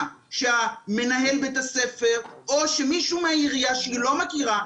שמנהל בית הספר או שמישהו מהעירייה שהיא לא מכירה,